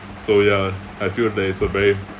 so ya I feel that is a very